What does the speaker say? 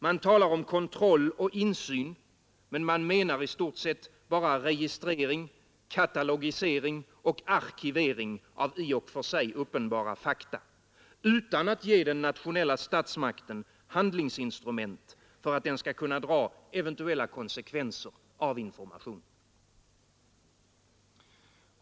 Man talar om kontroll och insyn, men man menar i stort sett bara registrering, katalogisering och arkivering av i och för sig uppenbara fakta utan att ge den nationella statsmakten handlingsinstrument för att den skall kunna dra eventuella konsekvenser av informationen.